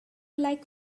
like